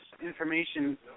information